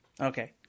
Okay